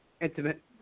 intimate